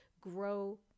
grow